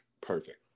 perfect